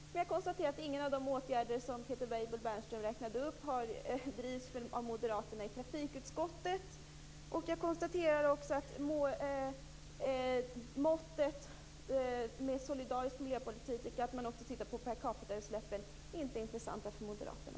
Men jag konstaterar att ingen av de åtgärder som Peter Weibull Bernström räknade upp drivs av Moderaterna i trafikutskottet. Jag konstaterar också vad gäller solidarisk miljöpolitik att måttet per capitautsläpp inte är intressant för Moderaterna.